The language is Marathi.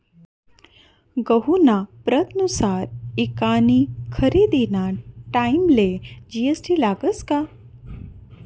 गहूना प्रतनुसार ईकानी खरेदीना टाईमले जी.एस.टी लागस का?